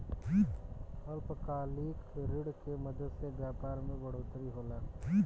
अल्पकालिक ऋण के मदद से व्यापार मे बढ़ोतरी होला